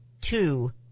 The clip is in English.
two